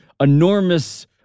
enormous